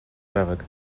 байгааг